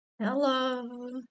Hello